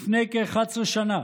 לפני כ-11 שנה,